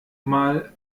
mal